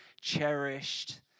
cherished